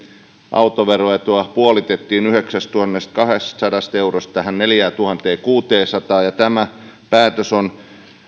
autoveroetua puolitettiin yhdeksästätuhannestakahdestasadasta eurosta tähän neljääntuhanteenkuuteensataan ja tämä päätös on